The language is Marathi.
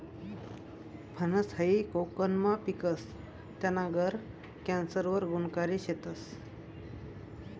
फनस हायी कोकनमा पिकस, त्याना गर कॅन्सर वर गुनकारी शेतस